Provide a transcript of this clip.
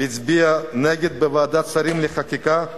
הצביעה נגד בוועדת שרים לחקיקה,